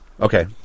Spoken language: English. Okay